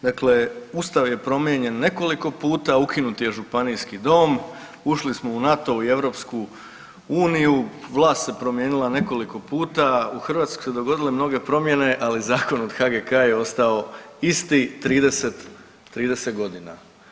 Dakle, Ustav je promijenjen nekoliko puta, ukinut je Županijski dom, ušli smo u NATO i EU, vlast se promijenila nekoliko puta, u Hrvatskoj su se dogodile mnoge promjene ali zakon od HGK je ostao isti 30 godina.